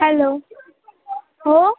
hello हो